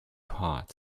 hot